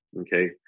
okay